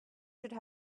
should